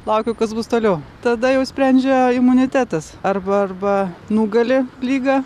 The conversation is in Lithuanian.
laukiu kas bus toliau tada jau sprendžia imunitetas arba arba nugali ligą